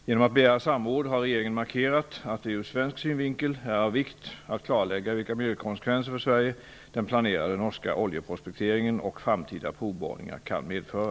Genom att begära samråd har regeringen markerat att det ur svensk synvinkel är av vikt att klarlägga vilka miljökonsekvenser för Sverige den planerade norska oljeprospekteringen och framtida provborrningar kan medföra.